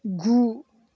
गु